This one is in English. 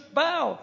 bow